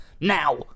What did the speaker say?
now